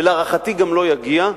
ולהערכתי גם לא יגיע,